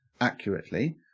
accurately